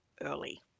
early